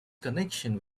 connection